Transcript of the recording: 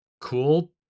cool